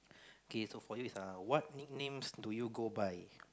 K so for you is uh what nicknames do you go by